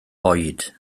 oed